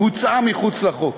הוצאה מחוץ לחוק.